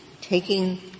taking